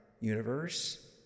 universe